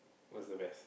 was the best